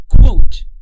quote